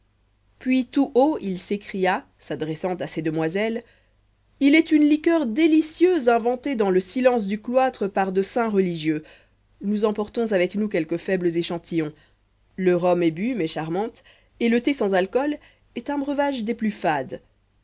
puis tout haut il s'écria s'adressant à ces demoiselles il est une liqueur délicieuse inventée dans le silence du cloître par de saints religieux nous en portons avec nous quelques faibles échantillons le rhum est bu mes charmantes et le thé sans alcool est un breuvage des plus fades